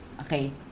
okay